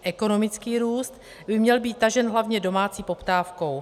Ekonomický růst by měl být tažen hlavně domácí poptávkou.